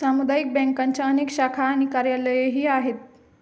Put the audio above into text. सामुदायिक बँकांच्या अनेक शाखा आणि कार्यालयेही आहेत